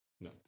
No